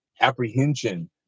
apprehension